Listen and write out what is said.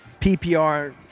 PPR